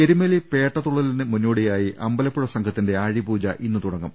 എരുമേലി പേട്ട തുള്ളലിന് മുന്നോടിയായി അമ്പലപ്പുഴ സംഘ ത്തിന്റെ ആഴിപൂജ ഇന്ന് തുടങ്ങും